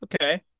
okay